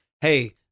hey